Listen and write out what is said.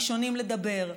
הראשונים לדבר,